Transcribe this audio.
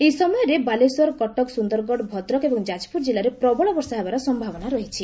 ଏହି ସମ୍ୟରେ ବାଲେଶ୍ୱର କଟକ ସୁନ୍ଦରଗଡ଼ ଭଦ୍ରକ ଏବଂ ଯାଜପୁର କିଲ୍ଲାରେ ପ୍ରବଳ ବର୍ଷା ହେବାର ସ୍ୟାବନା ରହିଛି